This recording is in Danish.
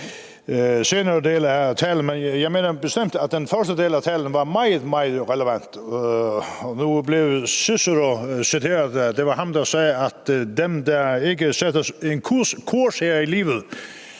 men jeg mener bestemt, at den første del af talen var meget, meget relevant, og nu blev Cicero citeret for at sige, at dem, der ikke sætter en kurs her i livet,